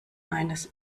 eines